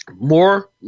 More